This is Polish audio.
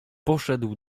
poszedł